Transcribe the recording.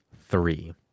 three